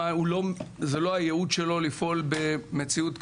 זה לא הייעוד שלו לפעול במציאות כזו,